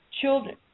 children